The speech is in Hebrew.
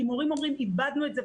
מורים אומרים: איבדנו את זה.